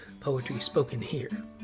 poetryspokenhere